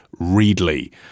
Readly